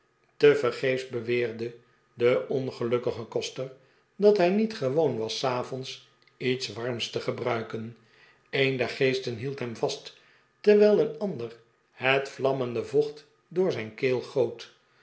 tevergeefs beweerde de ongelukkige koster dat hij niet gewoon was s avonds iets warms te gebruiken een der geesten hield hem vast terwijl een ander het vlammende vocht door zijn keel gootj